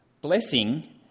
blessing